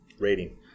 rating